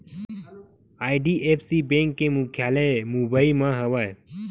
IDFC bank के मुख्यालय मुबई म हवय